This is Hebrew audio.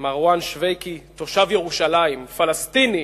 מרואן שוויקי תושב ירושלים, פלסטיני,